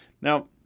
Now